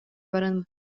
баран